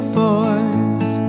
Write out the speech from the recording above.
voice